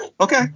Okay